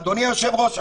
אדוני היושב-ראש,